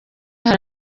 hari